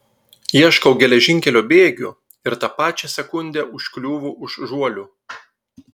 ieškau geležinkelio bėgių ir tą pačią sekundę užkliūvu už žuolių